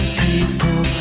people